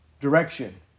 direction